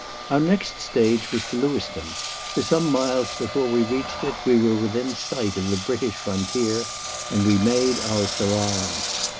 our next stage was to lewiston for some miles before we reached it we were within sight of the british frontier and we made our salaams.